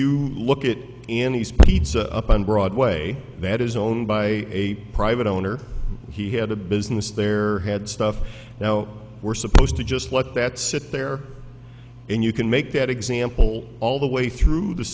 these pizza up on broadway that is owned by a private owner he had a business there had stuff now we're supposed to just let that sit there and you can make that example all the way through the